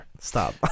Stop